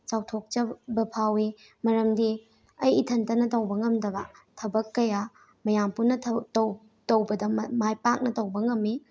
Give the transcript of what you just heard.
ꯆꯥꯎꯊꯣꯛꯆꯕ ꯐꯥꯎꯏ ꯃꯔꯝꯗꯤ ꯑꯩ ꯏꯊꯟꯇꯅ ꯇꯧꯕ ꯉꯝꯗꯕ ꯊꯕꯛ ꯀꯌꯥ ꯃꯌꯥꯝ ꯄꯨꯟꯅ ꯇꯧꯕꯗ ꯃꯥꯏ ꯄꯥꯛꯅ ꯇꯧꯕ ꯉꯝꯃꯤ